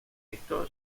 esto